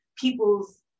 people's